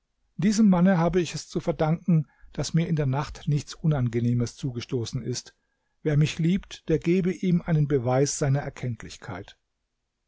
diesem manne habe ich es zu verdanken daß mir in der nacht nichts unangenehmes zugestoßen ist wer mich liebt der gebe ihm einen beweis seiner erkenntlichkeit